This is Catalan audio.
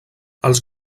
els